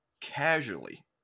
casually